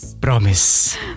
Promise